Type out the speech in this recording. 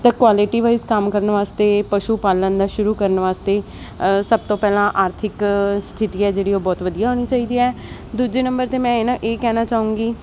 ਤਾਂ quality wise ਕੰਮ ਕਰਨ ਵਾਸਤੇ ਪਸ਼ੂ ਪਾਲਣ ਦਾ ਸ਼ੁਰੂ ਕਰਨ ਵਾਸਤੇ ਸਭ ਤੋਂ ਪਹਿਲਾਂ ਆਰਥਿਕ ਸਥਿਤੀ ਹੈ ਜਿਹੜੀ ਉਹ ਬਹੁਤ ਵਧੀਆ ਹੋਣੀ ਚਾਹੀਦੀ ਹੈ ਦੂਜੇ ਨੰਬਰ 'ਤੇ ਮੈਂ ਇਹਨਾਂ ਇਹ ਕਹਿਣਾ ਚਾਹਾਂਗੀ